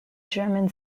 german